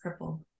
cripple